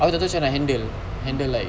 aku tak tahu camne nak handle handle like